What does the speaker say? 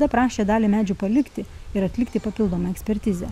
paprašė dalį medžių palikti ir atlikti papildomą ekspertizę